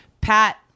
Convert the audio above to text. Pat